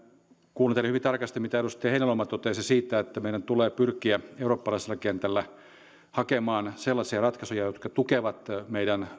kuuntelin hyvin tarkasti mitä edustaja heinäluoma totesi siitä että meidän tulee pyrkiä eurooppalaisella kentällä hakemaan sellaisia ratkaisuja jotka tukevat meidän